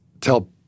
tell